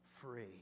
free